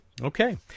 Okay